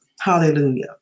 Hallelujah